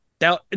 Now